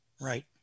Right